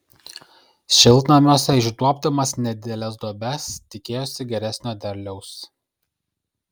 šiltnamiuose išduobdamas nedideles duobes tikėjosi geresnio derliaus